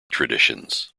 traditions